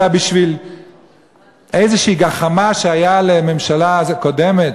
אלא בשביל איזו גחמה שהייתה לממשלה הקודמת,